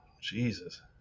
Jesus